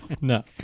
no